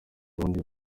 burundi